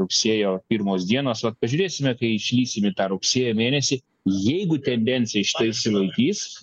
rugsėjo pirmos dienos vat pažiūrėsime kai išlįsim į tą rugsėjo mėnesį jeigu tendencija išsilaikys